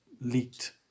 leaked